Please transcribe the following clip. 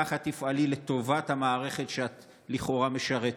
כך תפעלי לטובת המערכת שאת משרתת,